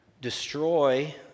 destroy